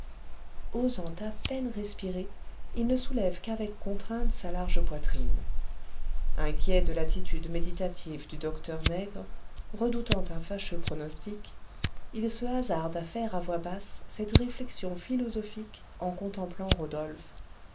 osant à peine respirer il ne soulève qu'avec contrainte sa large poitrine inquiet de l'attitude méditative du docteur nègre redoutant un fâcheux pronostic il se hasarde à faire à voix basse cette réflexion philosophique en contemplant rodolphe